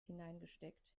hineingesteckt